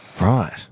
Right